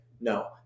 no